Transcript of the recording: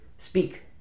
Speak